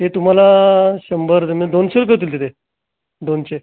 ते तुम्हाला शंभर दुने दोनशे रुपये होतील तिथे दोनशे